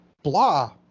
Blah